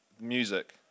Music